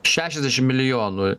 šešiasdešim milijonų